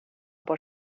por